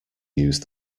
use